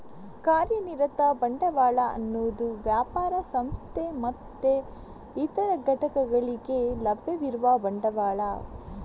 ಕಾರ್ಯನಿರತ ಬಂಡವಾಳ ಅನ್ನುದು ವ್ಯಾಪಾರ, ಸಂಸ್ಥೆ ಮತ್ತೆ ಇತರ ಘಟಕಗಳಿಗೆ ಲಭ್ಯವಿರುವ ಬಂಡವಾಳ